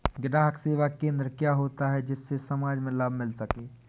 ग्राहक सेवा केंद्र क्या होता है जिससे समाज में लाभ मिल सके?